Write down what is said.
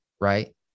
right